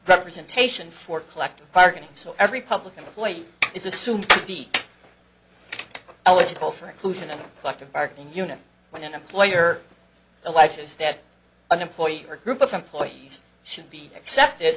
representation for collective bargaining so every public employee is assumed to be eligible for inclusion in a collective bargaining unit when an employer electives that an employee or group of employees should be accepted